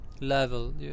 level